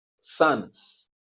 sons